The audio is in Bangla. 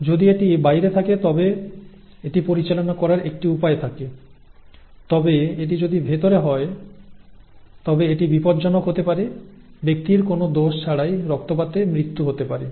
যদি এটি বাইরে থাকে তবে এটি পরিচালনা করার একটি উপায় থাকে এটি যদি ভিতরে হয় তবে এটি বিপজ্জনক হতে পারে ব্যক্তির কোনও দোষ ছাড়াই রক্তপাতে মৃত্যু হতে পারে